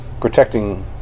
protecting